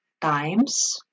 times